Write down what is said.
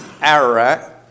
Ararat